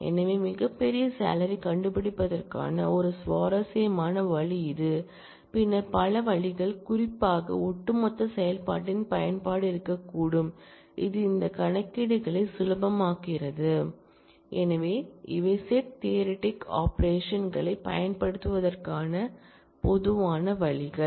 எனவே மிகப் பெரிய சாளரி கண்டுபிடிப்பதற்கான ஒரு சுவாரஸ்யமான வழி இது பின்னர் பல வழிகள் குறிப்பாக ஒட்டுமொத்த செயல்பாட்டின் பயன்பாடு இருக்கக்கூடும் இது இந்த கணக்கீடுகளைச் சுலபமாக்குகிறது ஆனால் இவை செட் தியரிட்டிக் ஆபரேஷன் களைப் பயன்படுத்துவதற்கான பொதுவான வழிகள்